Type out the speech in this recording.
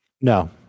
No